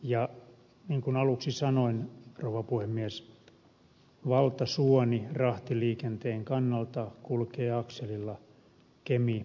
ja niin kuin aluksi sanoin rouva puhemies valtasuoni rahtiliikenteen kannalta kulkee akselilla kemihanko